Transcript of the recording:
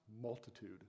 multitude